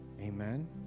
Amen